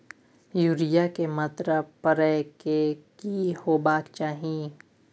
Urea के मात्रा परै के की होबाक चाही?